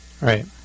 right